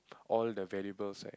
all the valuables